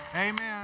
Amen